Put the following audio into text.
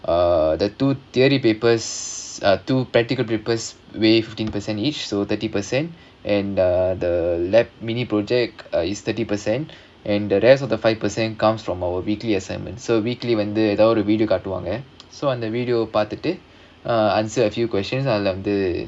uh the two theory papers uh two practical papers weigh fifteen percent each so thirty percent and uh the laboratory mini project is thirty percent and the rest of the five percent comes from our weekly assignment so weekly வந்து ஏதாவது ஒரு:vandhu edhaavathu oru video காட்டுவாங்க:kaatuvaanga so on the uh answer a few questions lah வந்து:vandhu